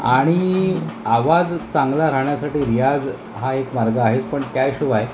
आणि आवाज चांगला राहण्यासाठी रियाज हा एक मार्ग आहेच पण त्याशिवाय